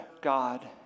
God